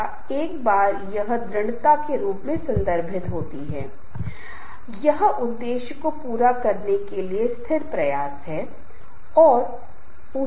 इसलिए आनंद लेने के लिए कि अगर कोई व्यक्ति वास्तव में आनंद लेने में सक्षम है तो केवल एक ही कह सकता है कि जीवन सार्थक है जीवन में एक उद्देश्य है और जीवन का उद्देश्य क्या है जिसे हम सभी खुश रहना चाहते हैं